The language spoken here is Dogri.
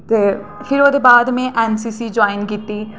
ते फ्ही ओह्दे बाद में एन सी सी जाइन कीती